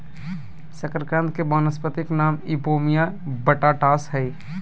शकरकंद के वानस्पतिक नाम इपोमिया बटाटास हइ